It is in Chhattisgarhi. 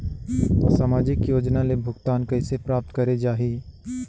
समाजिक योजना ले भुगतान कइसे प्राप्त करे जाहि?